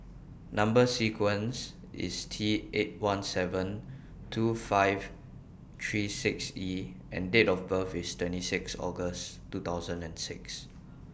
Number sequence IS T eight one seven two five three six E and Date of birth IS twenty six August two thousand and six